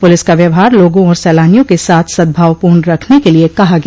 police का व्यवहार लोगों और सैलानियों के साथ सद्भाव पूर्ण रखने के लिये कहा गया